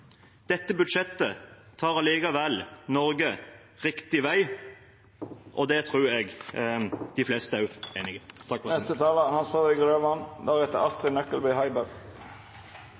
dette budsjettet tar Norge på riktig vei, og det tror jeg de fleste er enig i. Kristelig Folkeparti er